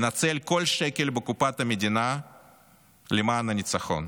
ולנצל כל שקל בקופת המדינה למען הניצחון,